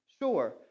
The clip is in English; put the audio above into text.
sure